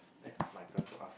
eh my turn to ask